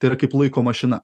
tai yra kaip laiko mašina